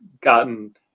gotten